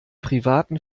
privaten